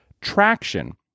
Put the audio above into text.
Traction